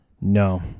No